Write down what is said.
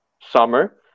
summer